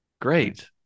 Great